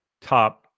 Top